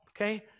okay